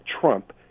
Trump